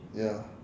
ya